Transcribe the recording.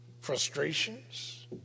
frustrations